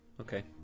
Okay